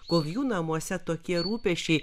kol jų namuose tokie rūpesčiai